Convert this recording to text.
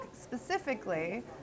specifically